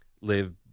live